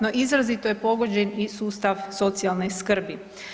No, izrazito je pogođen i sustav socijalne skrbi.